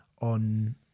on